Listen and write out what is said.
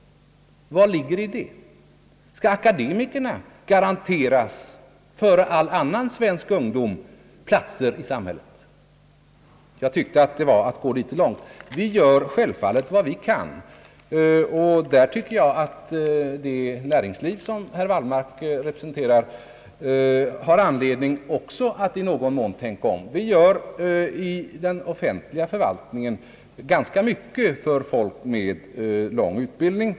Vad ligger i det? Skall akademikerna före all annan svensk ungdom garanteras platser i samhället? Jag tyckte att det var att gå litet långt. Jag tycker att det näringsliv som herr Wallmark representerar har anledning att i någon mån tänka om. I den offentliga förvaltningen gör vi ganska mycket för folk med lång utbildning.